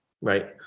Right